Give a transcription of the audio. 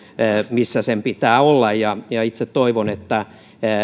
missä sen pitää olla ja ja itse toivon että noudatetaan